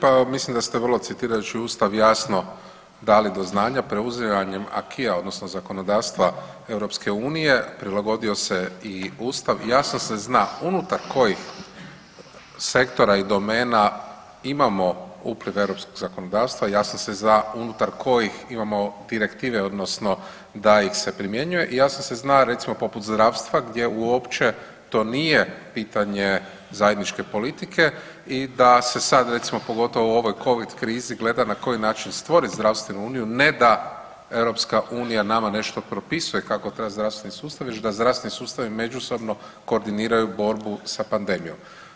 Pa mislim da ste vrlo citirajući ustav jasno dali do znanja preuzimanjem acquisa odnosno zakonodavstva EU, prilagodio se i ustav, jasno se zna unutar kojih sektora i domena imamo upliv europskog zakonodavstva, jasno se zna unutar kojih imamo direktive odnosno da ih se primjenjuje i jasno se zna recimo poput zdravstva gdje uopće to nije pitanje zajedničke politike i da se sad recimo pogotovo u ovoj covid krizi gleda na koji način stvorit zdravstvenu uniju, ne da EU nama nešto propisuje kakav treba zdravstveni sustav već da zdravstveni sustavi međusobni koordiniraju borbu sa pandemijom.